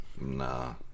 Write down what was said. Nah